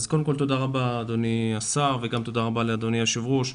אז קודם כל תודה רבה אדוני השר וגם תודה רבה לאדוני היו"ר.